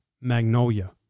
Magnolia